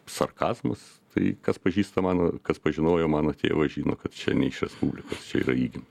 sarkazmas tai kas pažįsta mano kas pažinojo mano tėvą žino kad čia ne iš respublikos čia yra įgimta